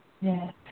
Yes